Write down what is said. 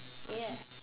ya